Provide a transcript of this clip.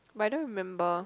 but I don't remember